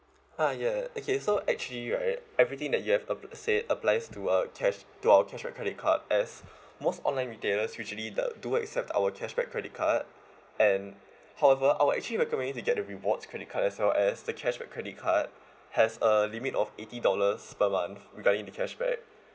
ah ya okay so actually right everything that you have uh said applies to our cash to our cashback credit card as most online retailers usually do accept our cashback credit card and however I will actually recommend you to get the rewards credit card as well as the cashback credit card has a limit of eighty dollars per month regarding the cashback